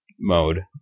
mode